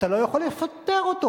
אתה לא יכול לפטר אותו,